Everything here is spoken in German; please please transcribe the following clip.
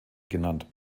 genannt